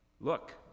Look